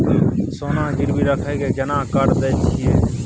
सोना गिरवी रखि के केना कर्जा दै छियै?